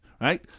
Right